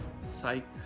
psych